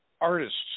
artists